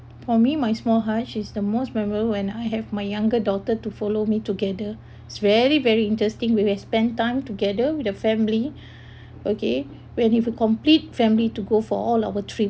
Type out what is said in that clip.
for me my small harsh is the most memorable when I have my younger daughter to follow me together it's very very interesting we will spend time together with the family okay when you have a complete family to go for all our trip